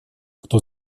кто